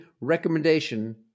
recommendation